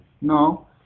No